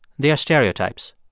they are stereotypes.